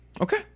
Okay